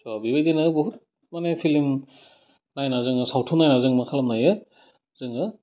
स' बेबायदिनो बुहुत माने फिलिम नायनानै जोङो सावथुन नायनानै जोङो मा खालामनो हायो जोङो